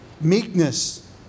Meekness